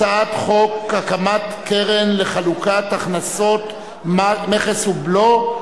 הצעת חוק הקמת קרן לחלוקת הכנסות המדינה ממס הבלו,